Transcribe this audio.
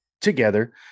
together